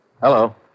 Hello